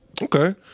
Okay